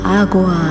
agua